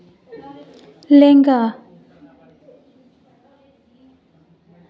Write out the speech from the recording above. ᱞᱮᱸᱜᱟ